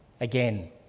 again